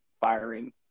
firing